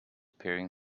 peering